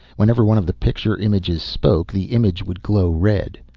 whenever one of the pictured images spoke, the image would glow red.